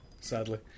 sadly